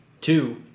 two